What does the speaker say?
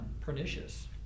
pernicious